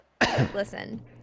listen